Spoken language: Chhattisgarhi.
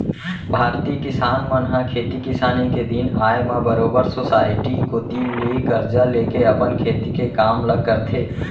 भारतीय किसान मन ह खेती किसानी के दिन आय म बरोबर सोसाइटी कोती ले करजा लेके अपन खेती के काम ल करथे